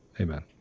Amen